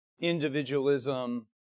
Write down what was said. individualism